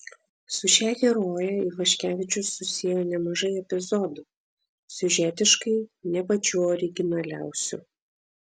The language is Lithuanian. su šia heroje ivaškevičius susiejo nemažai epizodų siužetiškai ne pačių originaliausių